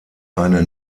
eine